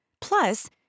Plus